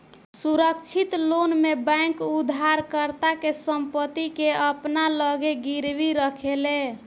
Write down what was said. सुरक्षित लोन में बैंक उधारकर्ता के संपत्ति के अपना लगे गिरवी रखेले